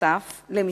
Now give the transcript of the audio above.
נוסף על כך,